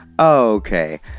Okay